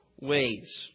ways